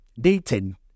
dating